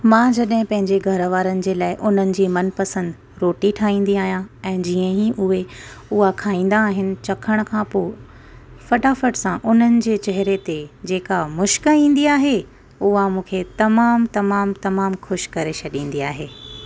मां जॾहिं पंहिंजे घरु वारनि जे लाइ उन्हनि जी मनपसंदि रोटी ठाहींदी आहियां ऐं जीअं ई उहे उहा खाईंदा आहिनि चखण खां पोइ फटाफट सां उन्हनि जे चहिरे ते जेका मुश्क ईंदी आहे उहा मूंखे तमामु तमामु तमामु ख़ुशि करे छॾींदी आहे